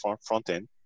front-end